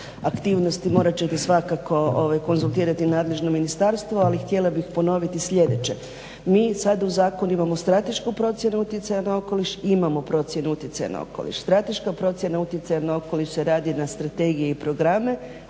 aktivnosti morat ćete svakako konzultirati nadležno ministarstvo. Ali htjela bih ponoviti sljedeće, mi sada u zakonu imamo stratešku procjenu utjecaja na okoliš i imamo procjenu utjecaja na okoliš. Strateška procjena utjecaja na okoliš se radi na strategiji programe